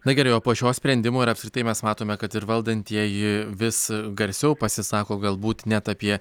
na gerai o po šio sprendimo ir apskritai mes matome kad ir valdantieji vis garsiau pasisako galbūt net apie